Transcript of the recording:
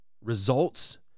results